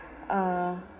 uh